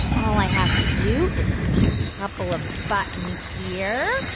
all i have to do is push a couple of buttons here,